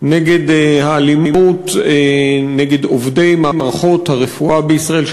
נגד האלימות כלפי עובדי מערכות הרפואה בישראל,